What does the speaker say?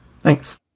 Thanks